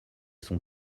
son